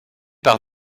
par